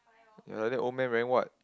like that old man wearing what